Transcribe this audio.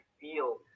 feel